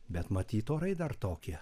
bet matyt orai dar tokie